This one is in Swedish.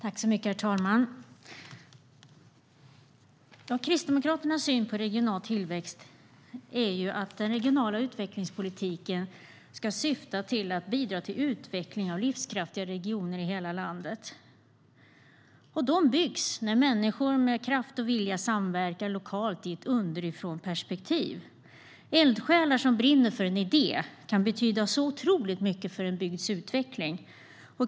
Herr talman! Kristdemokraternas syn på regional tillväxt är att den regionala utvecklingspolitiken ska syfta till att bidra till utvecklingen av livskraftiga regioner i hela landet. De byggs när människor med kraft och vilja samverkar lokalt i ett underifrånperspektiv. Eldsjälar som brinner för en idé kan betyda så otroligt mycket för en bygds utveckling.